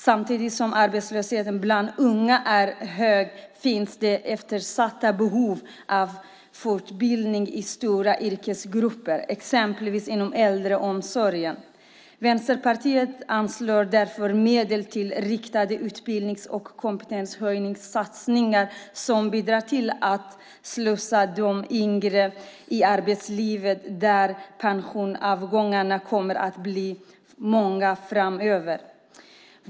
Samtidigt som arbetslösheten bland unga är hög finns det eftersatta behov av fortbildning inom stora yrkesgrupper, exempelvis inom äldreomsorgen. Vänsterpartiet anslår därför medel till riktade utbildnings och kompetenshöjningssatsningar som bidrar till att slussa de yngre in i arbetslivet där pensionsavgångarna kommer att bli många framöver.